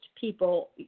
people